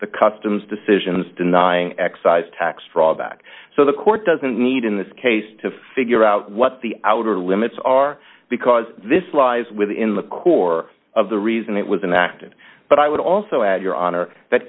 the customs decisions denying excise tax fraud back so the court doesn't need in this case to figure out what the outer limits are because this lies within the core of the reason it was inactive but i would also add your honor